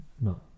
No